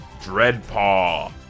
Dreadpaw